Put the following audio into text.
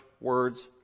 words